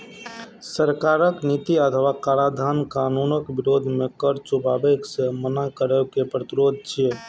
सरकारक नीति अथवा कराधान कानूनक विरोध मे कर चुकाबै सं मना करब कर प्रतिरोध छियै